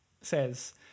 says